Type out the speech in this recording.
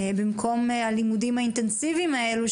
וכל זה במקום הלימודים האינטנסיביים האלה,